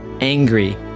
angry